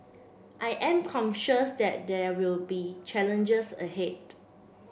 I am conscious that there will be challenges ahead